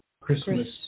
Christmas